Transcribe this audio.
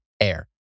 Air